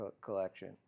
collection